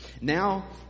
Now